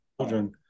children